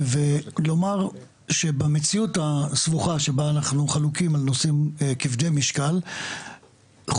ולומר שבמציאות הסבוכה שבה אנחנו חלוקים על נושאים כבדי משקל חובתנו